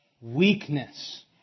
weakness